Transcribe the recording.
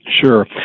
Sure